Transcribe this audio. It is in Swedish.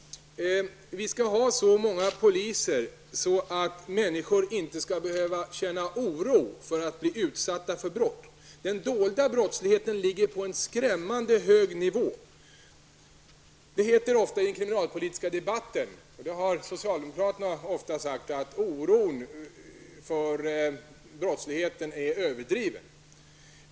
Vi skall ha så många poliser att människor inte skall behöva känna oro för att bli utsatta för brott. Den dolda brottsligheten ligger på en skrämmande hög nivå. Socialdemokraterna har ofta hävdat att oron för brottsligheten är överdriven.